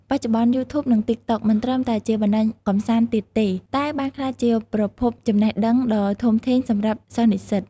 បច្ចុប្បន្ន យូធូប និង តិកតុក មិនត្រឹមតែជាបណ្តាញកម្សាន្តទៀតទេ តែបានក្លាយជាប្រភពចំណេះដឹងដ៏ធំធេងសម្រាប់សិស្សនិស្សិត។